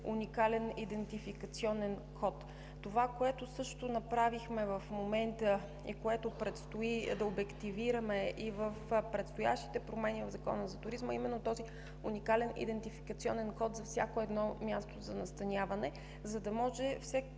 уникален идентификационен код. Това, което също направихме в момента и което предстои да обективираме и в предстоящите промени в Закона за туризма, е именно този уникален идентификационен код за всяко едно място за настаняване, за да може то